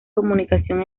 comunicación